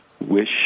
wish